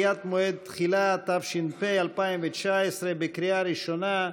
(דחיית מועד תחילה), התש"ף 2019, בקריאה ראשונה.